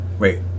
Wait